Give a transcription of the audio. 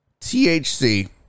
THC